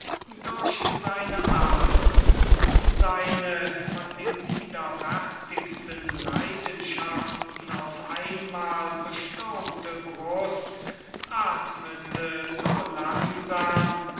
durch seine adern seine von den widerwärtigsten leidenschaften auf einmal bestürmte brust atmete so langsam